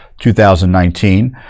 2019